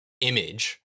image